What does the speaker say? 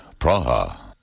Praha